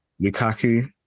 Lukaku